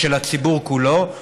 ושל הציבור כולו,